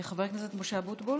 חבר הכנסת משה אבוטבול,